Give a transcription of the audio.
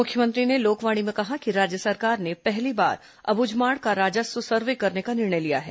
मुख्यमंत्री ने लोकवाणी में कहा कि राज्य सरकार ने पहली बार अबूझमाड़ का राजस्व सर्वे करने का निर्णय लिया है